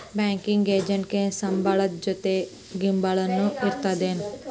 Banking ಎಜೆಂಟಿಗೆ ಸಂಬ್ಳದ್ ಜೊತಿ ಗಿಂಬ್ಳಾನು ಇರ್ತದೇನ್?